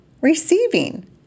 receiving